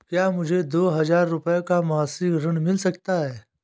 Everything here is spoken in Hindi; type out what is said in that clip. क्या मुझे दो हजार रूपए का मासिक ऋण मिल सकता है?